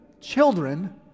children